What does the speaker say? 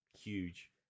huge